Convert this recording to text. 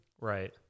Right